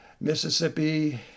mississippi